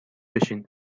بشین